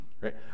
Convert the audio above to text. Right